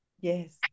Yes